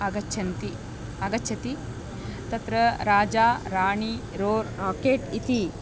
आगच्छन्ति आगच्छति तत्र राजा राणी रोरर् राकेट् इति